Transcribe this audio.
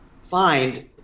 find